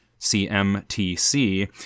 CMTC